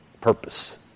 purpose